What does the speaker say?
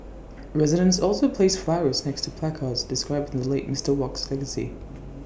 residents also placed flowers next to placards describing the late Mister Wok's legacy